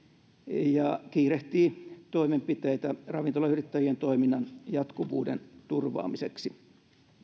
ja kiirehtii toimenpiteitä ravintolayrittäjien toiminnan jatkuvuuden turvaamiseksi